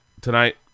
tonight